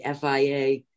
FIA